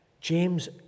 James